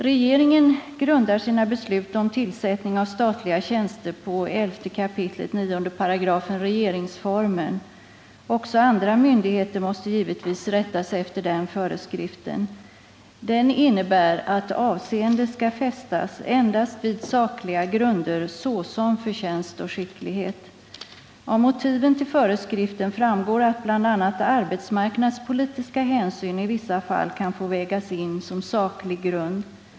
Regeringen grundar sina beslut om tillsättning av statliga tjänster på 11 kap. 9 § regeringsformen. Också andra myndigheter måste givetvis rätta sig efter den föreskriften. Den innebär att avseende skall fästas endast vid sakliga grunder, såsom förtjänst och skicklighet. Av motiven till föreskriften framgår att bl.a. arbetsmarknadspolitiska hänsyn i vissa fall kan få vägas in som saklig grund.